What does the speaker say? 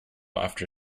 after